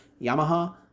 Yamaha